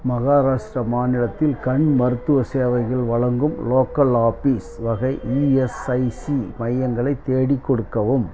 மகாராஷ்ட்ரா மாநிலத்தில் கண் மருத்துவச் சேவைகள் வழங்கும் லோக்கல் ஆஃபீஸ் வகை இஎஸ்ஐசி மையங்களைத் தேடிக் கொடுக்கவும்